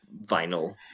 vinyl